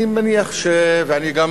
אני מניח ואני גם